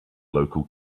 local